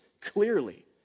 clearly